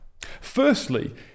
firstly